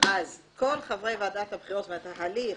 כל חברי ועדת הבחירות והתהליך